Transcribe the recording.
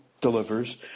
delivers